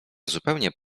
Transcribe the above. zupełnie